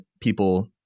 people